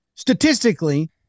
statistically